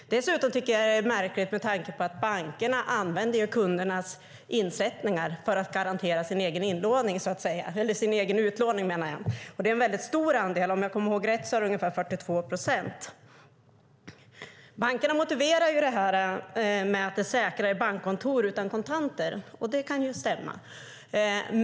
Dessutom tycker jag att det är märkligt att man gör så här med tanke på att bankerna använder kundernas insättningar för att garantera sin egen utlåning. Det är en stor andel. Om jag kommer ihåg rätt är det ungefär 42 procent. Bankerna motiverar det här med att bankkontoren blir säkrare utan kontanter, och det kan ju stämma.